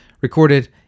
recorded